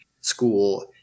school